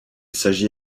s’agit